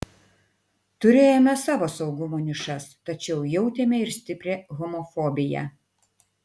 turėjome savo saugumo nišas tačiau jautėme ir stiprią homofobiją